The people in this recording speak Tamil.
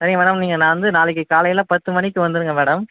சரிங்க மேடம் நீங்கள் நான் வந்து நாளைக்கு காலையில் பத்து மணிக்கு வந்துருங்கள் மேடம்